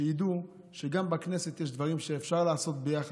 שידעו שגם בכנסת יש דברים שאפשר לעשות ביחד.